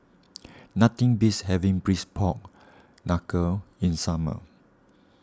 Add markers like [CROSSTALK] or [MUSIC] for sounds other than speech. [NOISE] nothing beats having Braised Pork Knuckle in summer